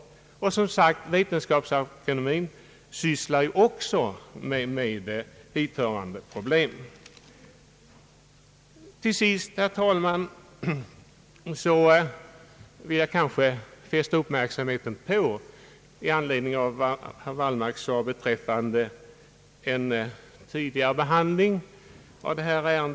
I anledning av vad herr Wallmark sade beträffande det här ärendets tidigare behandling vill jag till sist fästa uppmärksamheten på att högern står ensam i den här frågan.